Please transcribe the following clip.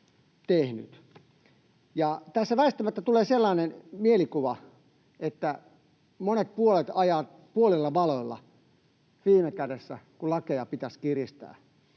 tässä väistämättä tulee sellainen mielikuva, että monet puolueet ajavat puolilla valoilla viime kädessä, kun lakeja pitäisi kiristää.